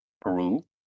Peru